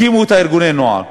הקימו את ארגוני הנוער.